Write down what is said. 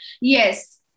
yes